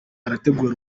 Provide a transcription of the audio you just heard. arategura